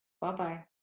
Bye-bye